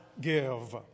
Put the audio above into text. give